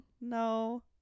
No